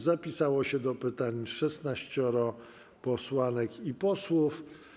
Zapisało się do pytań 16 posłanek i posłów.